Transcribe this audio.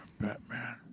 Batman